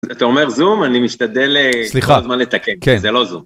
אתה אומר זום אני משתדל סליחה זמן לתקן. זה לא זום